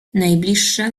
najbliższa